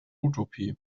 utopie